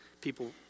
people